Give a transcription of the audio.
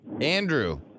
Andrew